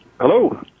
Hello